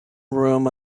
room